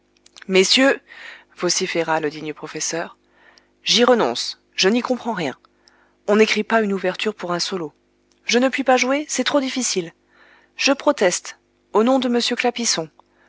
messieurs vociféra le digne professeur j'y renonce je n'y comprends rien on n'écrit pas une ouverture pour un solo je ne puis pas jouer c'est trop difficile je proteste au nom de